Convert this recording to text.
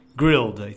grilled